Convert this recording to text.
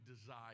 desire